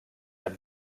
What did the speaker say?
ein